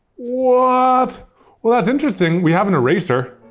what! well, that's interesting, we have an eraser.